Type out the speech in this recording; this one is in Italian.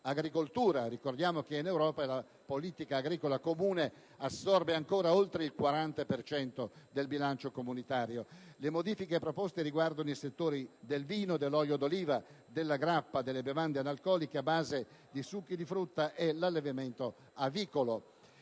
agricoltura: ricordiamo infatti che in Europa la politica agricola comune assorbe ancora oltre il 40 per cento del bilancio comunitario. Le modifiche proposte riguardano i settori del vino, dell'olio d'oliva, della grappa, delle bevande analcoliche a base di succhi di frutta e dell'allevamento avicolo.